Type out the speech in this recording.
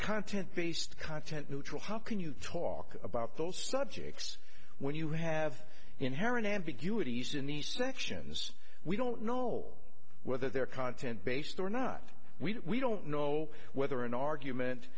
content based content neutral how can you talk about those subjects when you have inherent ambiguities in the sections we don't know whether they're content based or not we don't know whether an argument